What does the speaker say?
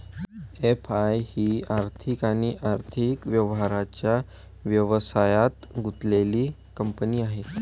FI ही आर्थिक आणि आर्थिक व्यवहारांच्या व्यवसायात गुंतलेली कंपनी आहे